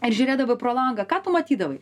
ir žiūrėdavai pro langą ką tu matydavai